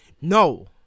no